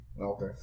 Okay